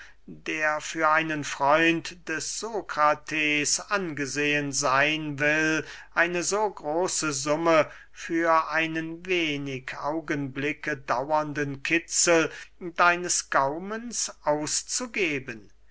der für einen freund des sokrates angesehen seyn will eine so große summe für einen wenig augenblicke dauernden kitzel deines gaumens auszugeben